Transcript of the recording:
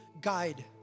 guide